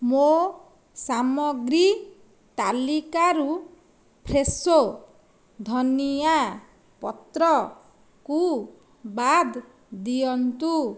ମୋ' ସାମଗ୍ରୀ ତାଲିକାରୁ ଫ୍ରେଶୋ ଧନିଆ ପତ୍ରକୁ ବାଦ୍ ଦିଅନ୍ତୁ